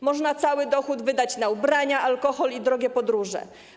Można cały dochód wydać na ubrania, alkohol i drogie podróże.